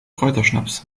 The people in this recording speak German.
kräuterschnaps